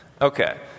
Okay